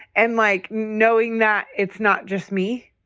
and like knowing that it's not just me.